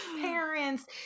parents